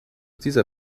dieser